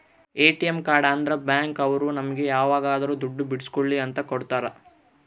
ATM card ಅಂದ್ರ bank ಅವ್ರು ನಮ್ಗೆ ಯಾವಾಗದ್ರು ದುಡ್ಡು ಬಿಡ್ಸ್ಕೊಳಿ ಅಂತ ಕೊಡ್ತಾರ